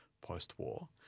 post-war